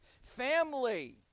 Family